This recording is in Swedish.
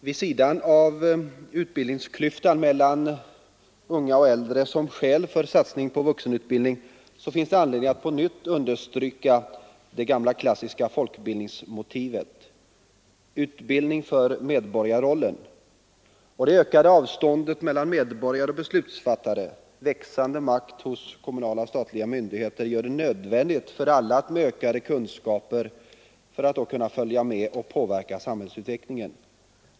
Vid sidan av utbildningsklyftan mellan unga och äldre som skäl för satsningen på vuxenutbildningen finns anledning att på nytt understryka det gamla klassiska folkbildningsmotivet: utbildning för medborgarrollen. "Det ökade avståndet mellan medborgare och beslutsfattare samt växande makt hos kommunala och statliga myndigheter gör det nödvändigt för alla att öka sina kunskaper för att kunna följa och påverka samhällsutvecklingen.